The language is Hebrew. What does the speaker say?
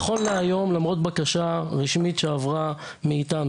נכון להיום למרות בקשה רשמית שעברה מאיתנו